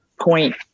point